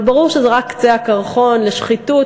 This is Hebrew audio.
אבל ברור שזה רק קצה הקרחון של שחיתות